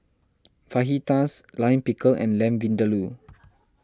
Fajitas Lime Pickle and Lamb Vindaloo